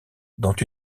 dont